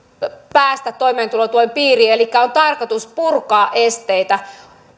päästä toimeentulotuen piiriin elikkä on tarkoitus purkaa esteitä